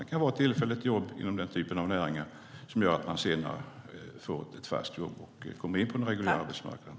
Det kan vara ett tillfälligt jobb inom den typen av näringar som gör att man senare får ett fast jobb och kommer in på den reguljära arbetsmarknaden.